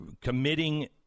committing